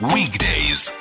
Weekdays